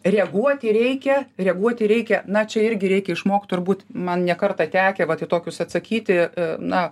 reaguoti reikia reaguoti reikia na čia irgi reikia išmokti turbūt man ne kartą tekę vat į tokius atsakyti na